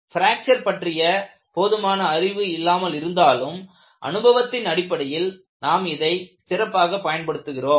fracture பற்றிய போதுமான அறிவு இல்லாமல் இருந்தாலும் அனுபவத்தின் அடிப்படையில் நாம் இதை சிறப்பாக பயன்படுத்துகிறோம்